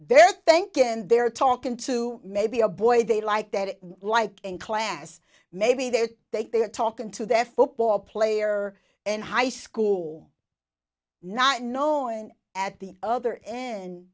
they're think and they're talking to maybe a boy they like that like in class maybe they take they're talking to their football player in high school not knowing at the other